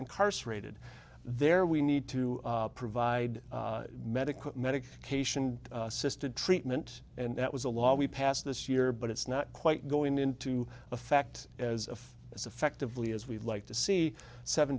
incarcerated there we need to provide medical medication assisted treatment and that was a law we passed this year but it's not quite going into effect as of as effectively as we'd like to see seven